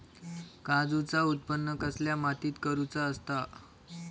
काजूचा उत्त्पन कसल्या मातीत करुचा असता?